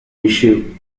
issue